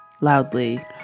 loudly